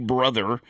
Brother